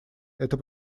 это